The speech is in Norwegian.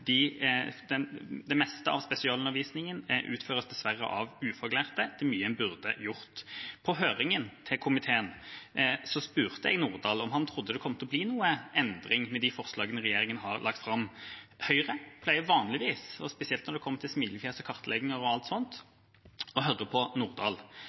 det meste av spesialundervisningen av ufaglærte. Det er mye en burde gjort. På høringen til komiteen spurte jeg Nordahl om han trodde det kom til å bli noen endring med de forslagene regjeringa har lagt fram. Høyre pleier vanligvis, spesielt når det kommer til smilefjes og kartlegginger og alt